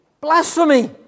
blasphemy